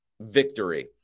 victory